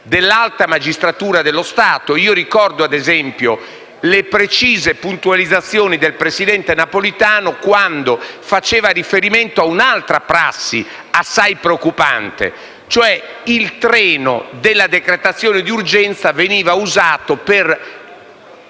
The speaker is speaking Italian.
dell'alta magistratura dello Stato. Ricordo, ad esempio, le precise puntualizzazioni del presidente Napolitano quando faceva riferimento a un'altra prassi assai preoccupante: il treno della decretazione d'urgenza usato per